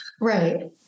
Right